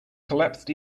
collapsed